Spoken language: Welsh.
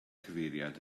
cyfeiriad